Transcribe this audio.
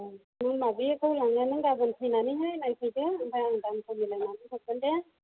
नों माबेखौ लाङो नों फैनानैहाय नायफैदो ओमफ्राय आं दामखौ मिलायनानै हरगोन दे